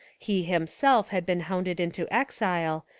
he himself had been hounded into exile,